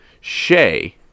Shay